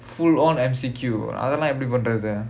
full on M_C_Q அதுலாம் எப்பிடி பண்றது:athulaam eppidi pandrathu